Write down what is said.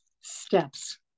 Steps